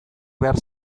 behar